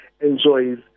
enjoys